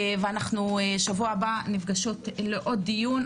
ואנחנו בשבוע הבא נפגשות לעוד דיון,